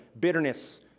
bitterness